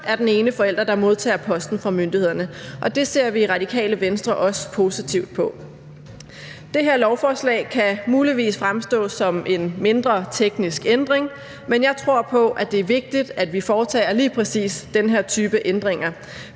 er den ene forælder, der modtager posten fra myndighederne. Og det ser vi i Radikale Venstre også positivt på. Det her lovforslag kan muligvis ses som en mindre teknisk ændring, men jeg tror på, at det er vigtigt, at vi foretager lige præcis den her type ændringer.